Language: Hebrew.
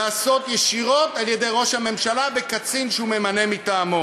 ישירות על-ידי ראש הממשלה וקצין שהוא ממנה מטעמו,